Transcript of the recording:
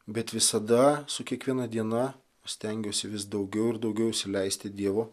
bet visada su kiekviena diena stengiuosi vis daugiau ir daugiau įsileisti dievo